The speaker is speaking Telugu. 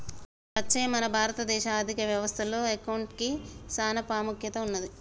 లచ్చయ్య మన భారత దేశ ఆర్థిక వ్యవస్థ లో అకౌంటిగ్కి సాన పాముఖ్యత ఉన్నది